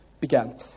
began